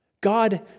God